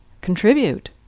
contribute